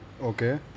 Okay